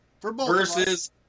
versus